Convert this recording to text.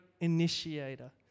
initiator